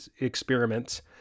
experiments